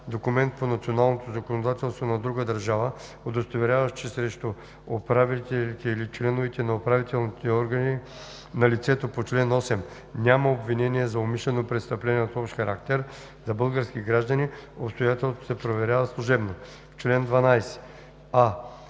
документ по националното законодателство на друга държава, удостоверяващ, че срещу управителите или членовете на управителните органи на лицето по чл. 8 няма обвинение за умишлено престъпление от общ характер; за български граждани обстоятелството се проверява служебно;“. 2.